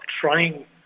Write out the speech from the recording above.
trying